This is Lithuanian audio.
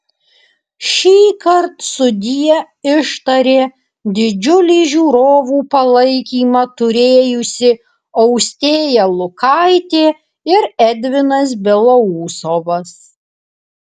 šįkart sudie ištarė didžiulį žiūrovų palaikymą turėjusi austėja lukaitė ir edvinas belousovas